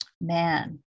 man